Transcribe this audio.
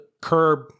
curb